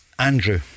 Andrew